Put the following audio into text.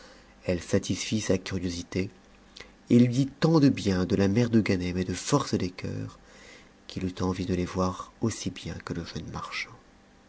etfe satisfit sa curiosité et lui dit tant de bien de la mère de ganem et de force des cœurs qu'il eut envie de les voir aussi bien que je jeune marchand